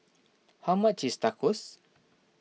how much is Tacos